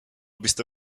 byste